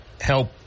help